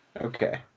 Okay